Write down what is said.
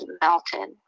melted